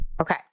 Okay